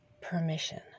permission